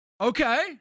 okay